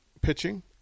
pitching